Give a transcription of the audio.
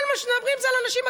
כל מה שמדברים זה על הנשים בגדר.